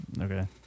Okay